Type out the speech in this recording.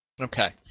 Okay